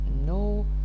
no